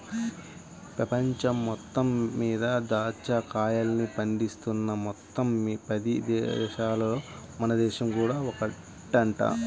పెపంచం మొత్తం మీద దాచ్చా కాయల్ని పండిస్తున్న మొత్తం పది దేశాలల్లో మన దేశం కూడా ఒకటంట